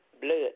blood